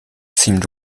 seemed